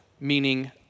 meaning